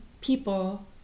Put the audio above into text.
people